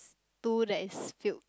two that is filled